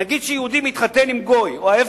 נגיד שיהודי מתחתן עם גוי או להיפך,